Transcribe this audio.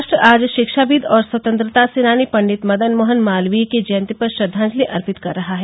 राष्ट्र आज शिक्षाविद् और स्वतंत्रता सेनानी पंडित मदनमोहन मालवीय की जयंती पर श्रद्वांजलि अर्पित कर रहा है